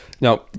Now